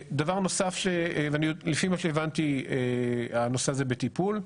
לפי מה שהבנתי הנושא הזה בטיפול.